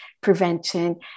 prevention